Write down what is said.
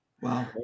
Wow